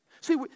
See